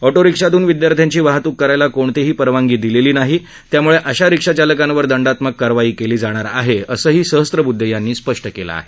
ऑटोरिक्शातून विद्यार्थ्यांची वाहतूक करायला कोणतीही परवानगी दिलेली नाही त्यामुळे अशा रिक्शाचालकांवर दंडात्मक कारवाई केली जाणार आहे असंही सहस्त्रब्दधे यांनी स्पष्ट केलं आहे